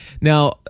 Now